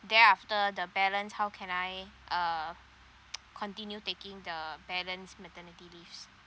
then after the balance how can I uh continue taking the balance maternity leaves